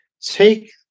take